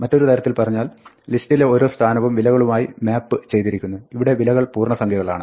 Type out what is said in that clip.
മറ്റൊരു തരത്തിൽ പറഞ്ഞാൽ ലിസ്റ്റിലെ ഓരോ സ്ഥാനവും വിലകളുമായി മാപ്പ് ചെയ്തിരിക്കുന്നു ഇവിടെ വിലകൾ പൂർണ്ണസംഖ്യകളാണ്